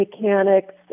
mechanics